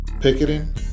picketing